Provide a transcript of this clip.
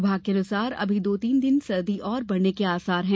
विभाग के अनुसार अभी दो तीन दिन सर्दी और बढ़ने के आसार हैं